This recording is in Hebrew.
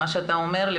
מה שאתה אומר לי,